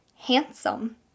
handsome